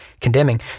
condemning